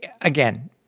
again